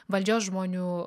valdžios žmonių